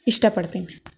ಇಷ್ಟಪಡ್ತೀನಿ